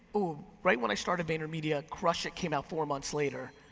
ooh. right when i started vaynermedia crushing it came out four months later,